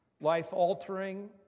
life-altering